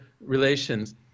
relations